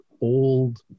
old